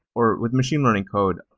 or with machine learning code,